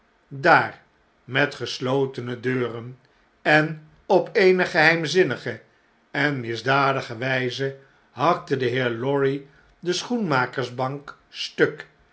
dar met geslotene deuren en op eene geheimzinnige en misdadige wgze hakte de heer lorry de schoenmakersbank stuk